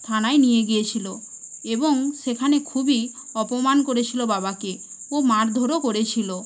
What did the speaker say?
থানায় নিয়ে গিয়েছিল এবং সেখানে খুবই অপমান করেছিল বাবাকে খুব মারধরও করেছিল